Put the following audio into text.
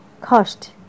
Cost